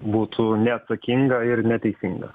būtų neatsakinga ir neteisinga